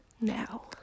now